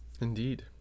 Indeed